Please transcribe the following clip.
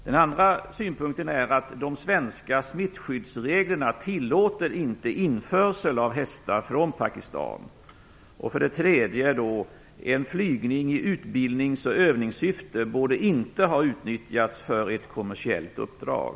Den andra synpunkten är att de svenska smittskyddsreglerna inte tillåter införsel av hästar från Den tredje synpunkten är att en flygning i utbildnings och övningssyfte inte borde ha utnyttjats för ett kommersiellt uppdrag.